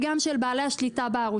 של המפרסמים וגם של בעלי השליטה בערוצים.